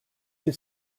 two